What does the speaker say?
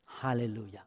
Hallelujah